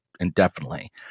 indefinitely